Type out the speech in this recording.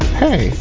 hey